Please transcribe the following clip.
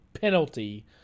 penalty